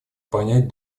понять